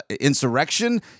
insurrection